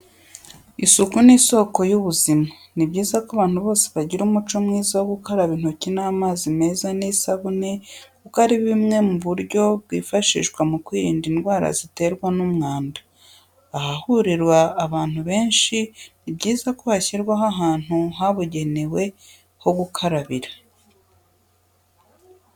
Isuku ni isoko y'ubuzima ni byiza ko abantu bose bagira umuco mwiza wo gukaraba intoki n'amazi meza n'isabuni kuko ari bumwe mu buryo bwifashishwa mu kwirinda indwara ziterwa n'umwanda, ahahurira abantu benshi ni byiza ko hashyirwaho ahantu habugenewe ho gukarabira.